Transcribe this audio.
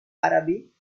arabi